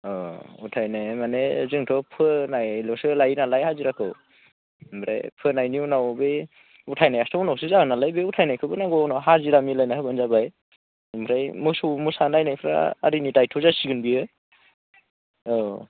उथायनाया माने जोंथ' फोनायल'सो लायो नालाय हाजिराखौ ओमफ्राय फोनायनि उनाव बे उथायनायाथ' उनावसो जागोन नालाय बे उथायनायखौबो नांगौ उनाव हाजिरा मिलायना होब्लानो जाबाय ओमफ्राय मोसौ मोसा नायनायफ्रा आदैनि दायथ' जासिगोन बियो औ